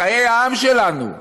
לחיי העם שלנו,